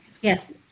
Yes